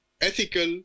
ethical